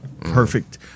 perfect